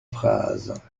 phrases